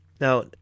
Now